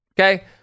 Okay